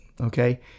Okay